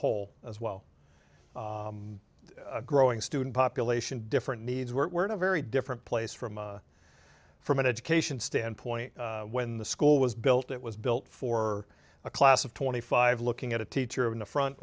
whole as well a growing student population different needs we're in a very different place from from an education standpoint when the school was built it was built for a class of twenty five looking at a teacher in the front